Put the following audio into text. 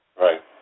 Right